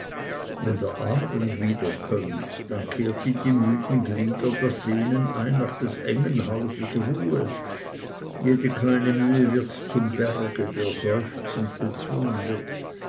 wenn der abend wiederkömmt dann kehrt in die müden glieder das sehnen ein nach des engen hauses ruhe jede kleine mühe wird zum berge der seufzend bezwungen wird